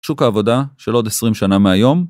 שוק העבודה של עוד 20 שנה מהיום.